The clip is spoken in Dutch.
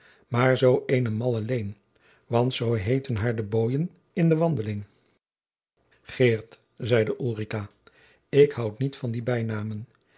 maar zoo eene malle leen want zoo heeten haar de booien inde wandeling geert zeide ulrica ik houdt niet van die bijnamen